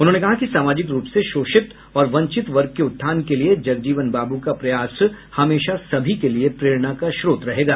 उन्होंने कहा कि सामाजिक रूप से शोषित और वंचित वर्ग के उत्थान के लिए जगजीवन बाब् का प्रयास हमेशा सभी के लिए प्रेरणा का स्रोत रहेगा